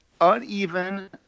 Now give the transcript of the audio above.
uneven